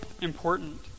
important